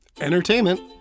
entertainment